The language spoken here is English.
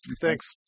Thanks